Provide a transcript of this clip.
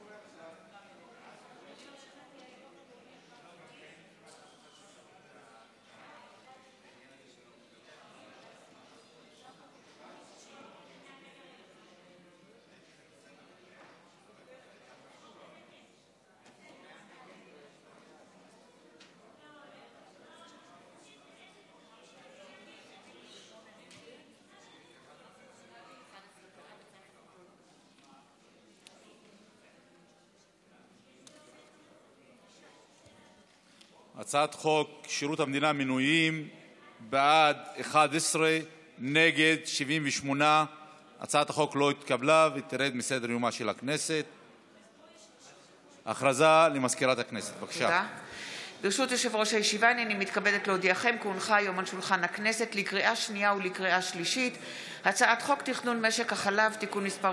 78. 78. הצעת החוק לא